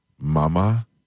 mama